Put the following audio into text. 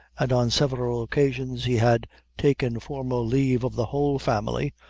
and on several occasions he had taken formal leave of the whole family,